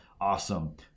Awesome